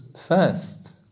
First